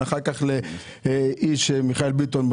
אחר כך למיכאל ביטון,